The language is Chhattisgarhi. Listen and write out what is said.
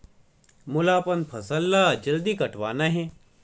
मोला अपन फसल ला जल्दी कटवाना हे?